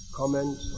comment